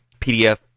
PDF